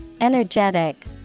energetic